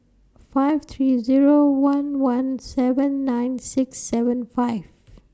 five three Zero one one seven nine six seven five